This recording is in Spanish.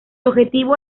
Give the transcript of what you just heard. objetivo